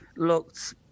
Looked